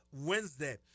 Wednesday